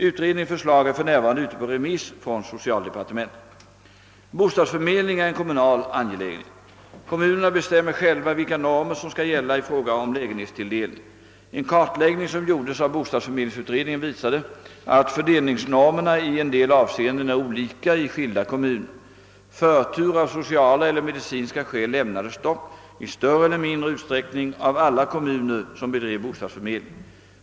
Utredningens förslag är för närvarande ute på remiss från socialdepartementet. Bostadsförmedling är en kommunal angelägenhet. Kommunerna bestämmer själva vilka normer som skall gälla i fråga om lägenhetstilldelning. En kartläggning som gjordes av bostadsförmedlingsutredningen visade att fördelningsnormerna i en del avseenden är olika i skilda kommuner. Förtur av sociala eller medicinska skäl lämnades dock — i större eller mindre utsträckning — av alla kommuner som bedrev bostadsförmedling.